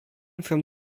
from